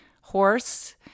horse